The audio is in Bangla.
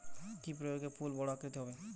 কি প্রয়োগে ফুল বড় আকৃতি হবে?